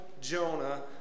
jonah